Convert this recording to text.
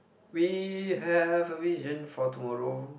we have a vision for tomorrow